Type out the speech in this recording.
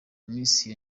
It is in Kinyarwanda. messi